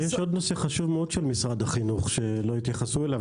יש עוד נושא חשוב מאוד של משרד החינוך ולא התייחסו אליו,